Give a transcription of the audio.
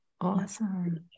awesome